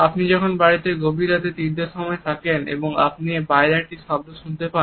আপনি যদি বাড়িতে গভীর রাতে তিনটের সময় থাকেন এবং আপনি বাইরে একটি শব্দ শুনতে পান